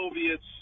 Soviets